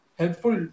helpful